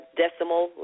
decimal